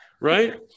Right